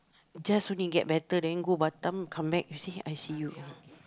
just only get better then go Batam come back you see I_C_U